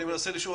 אני מנסה לשאול,